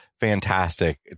fantastic